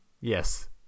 Yes